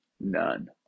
None